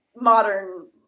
modern